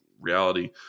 reality